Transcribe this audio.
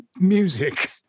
music